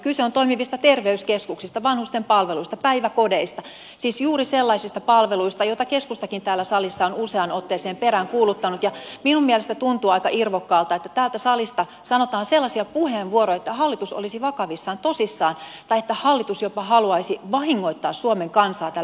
kyse on toimivista terveyskeskuksista vanhustenpalveluista päiväkodeista siis juuri sellaisista palveluista joita keskustakin täällä salissa on useaan otteeseen peräänkuuluttanut ja minun mielestäni tuntuu aika irvokkaalta että täältä salista sanotaan sellaisia puheenvuoroja ettei hallitus olisi vakavissaan tosissaan tai että hallitus jopa haluaisi vahingoittaa suomen kansaa tällä uudistuksella